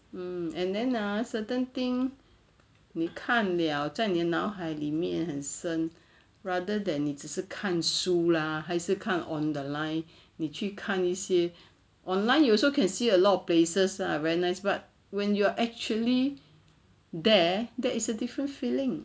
mm and then ah certain thing 你看 liao 在你脑海里面很深 rather than 你只是看书 lah 还是看 on the line 你去看一些 online you also can see a lot of places lah very nice but when you're actually there that is a different feeling